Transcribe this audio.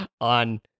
on